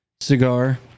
cigar